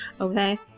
Okay